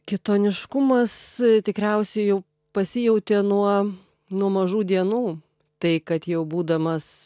kitoniškumas tikriausiai jau pasijautė nuo nuo mažų dienų tai kad jau būdamas